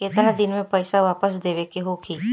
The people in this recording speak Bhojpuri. केतना दिन में पैसा वापस देवे के होखी?